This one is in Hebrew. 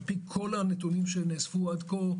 לפי כל הנתונים שנאספו עד כה,